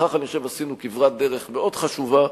בכך עשינו כברת דרך מאוד חשובה,